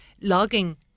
logging